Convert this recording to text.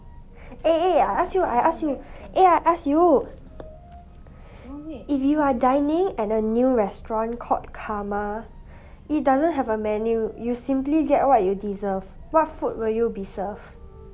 eh eh I ask you I ask you eh I ask you if you are dining at a new restaurant called karma it doesn't have a menu you simply get what you deserve what food will you be served